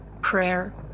prayer